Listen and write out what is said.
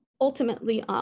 ultimately